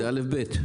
זה א'-ב'.